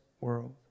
world